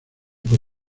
por